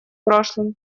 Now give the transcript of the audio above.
прошлым